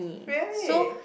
really